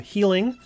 Healing